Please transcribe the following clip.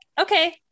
Okay